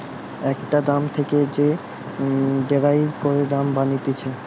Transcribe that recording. একটা দাম থেকে যে ডেরাইভ করে দাম বানাতিছে